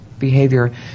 behavior